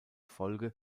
folge